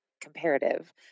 comparative